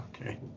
Okay